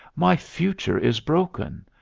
my future is broken.